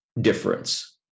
difference